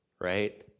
right